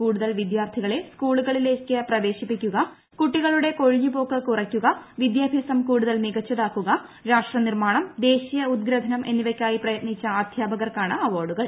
കൂടുതൽ വിദ്യാർത്ഥികളെ സ്കൂളുകളിലേക്ക് പ്രവേശിപ്പിക്കുക കുട്ടികളുടെ കൊഴിഞ്ഞു പോക്ക് കുറയ്ക്കുക വിദ്യാഭ്യാസം കൂടുതൽ മികച്ചതാക്കുക രാഷ്ട്ര നിർമ്മാണം ദേശീയ ഉത്ഗ്രഥനം എന്നിവയ്ക്കായി പ്രയത്നിച്ച അധ്യാപകർക്കാണ് അവാർഡുകൾ